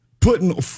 putting